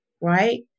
right